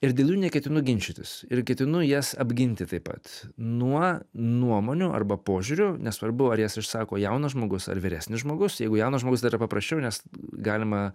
ir dėl jų neketinu ginčytis ir ketinu jas apginti taip pat nuo nuomonių arba požiūrių nesvarbu ar jas išsako jaunas žmogus ar vyresnis žmogus jeigu jaunas žmogus dar yra paprasčiau nes galima